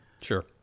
sure